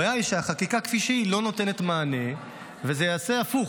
הבעיה היא שהחקיקה כפי שהיא לא נותנת מענה וזה יעשה הפוך.